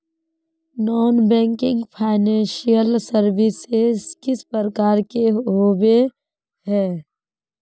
Non banking financial services किस प्रकार के होबे है?